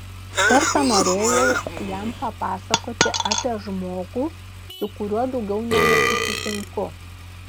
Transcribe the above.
kartą norėjau jam papasakoti apie žmogų su kuriuo daugiau nebesusitinku